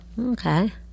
Okay